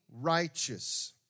righteous